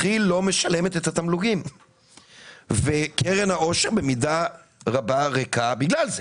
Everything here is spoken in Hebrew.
כי"ל לא משלמת את התמלוגים וקרן העושר במידה רבה ריקה בגלל זה.